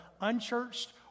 unchurched